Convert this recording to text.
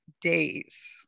days